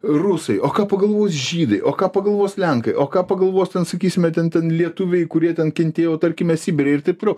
rusai o ką pagalvos žydai o ką pagalvos lenkai o ką pagalvos ten sakysime ten ten lietuviai kurie ten kentėjo tarkime sibire ir taip toliau